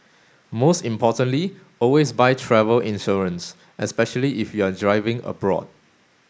most importantly always buy travel insurance especially if you're driving abroad